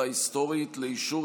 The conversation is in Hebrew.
ירושלים,